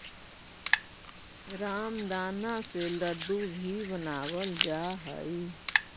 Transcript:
रामदाना से लड्डू भी बनावल जा हइ